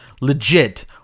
Legit